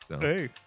Hey